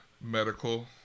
medical